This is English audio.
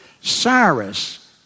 Cyrus